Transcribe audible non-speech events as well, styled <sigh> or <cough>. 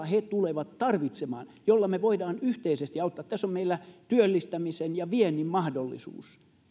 <unintelligible> he tulevat tarvitsemaan joilla me voimme yhteisesti auttaa tässä on meillä työllistämisen ja viennin mahdollisuus